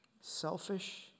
selfish